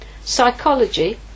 Psychology